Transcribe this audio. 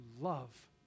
love